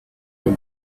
were